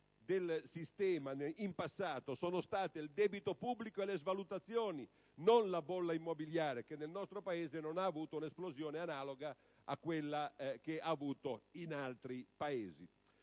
del sistema in passato, sono state il debito pubblico e le svalutazioni, non la bolla immobiliare, che da noi non ha avuto un'esplosione analoga a quella che si è registrata